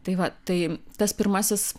tai va tai tas pirmasis